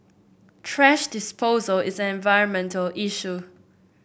thrash disposal is an environmental issue